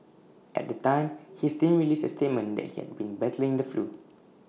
at the time his team released A statement that he had been battling the flu